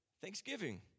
thanksgiving